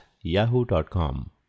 yahoo.com